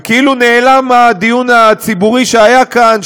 וכאילו נעלם הדיון הציבורי שהיה כאן,